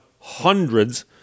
hundreds